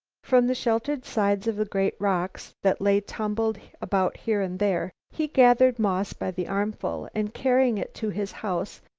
from the sheltered sides of the great rocks that lay tumbled about here and there, he gathered moss by the armful and carrying it to his house,